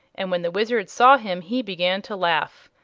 and when the wizard saw him he began to laugh,